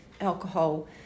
alcohol